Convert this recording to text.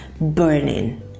burning